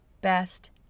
best